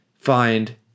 find